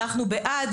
אנחנו בעד,